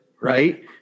Right